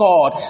God